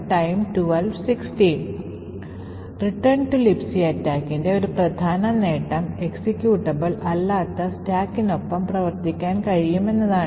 Return to Libc attackന്റെ ഒരു പ്രധാന നേട്ടം എക്സിക്യൂട്ടബിൾ അല്ലാത്ത സ്റ്റാക്കിനൊപ്പം പ്രവർത്തിക്കാൻ കഴിയും എന്നതാണ്